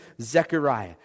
Zechariah